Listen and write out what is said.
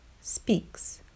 speaks